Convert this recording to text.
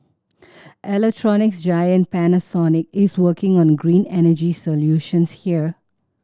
electronics giant Panasonic is working on green energy solutions here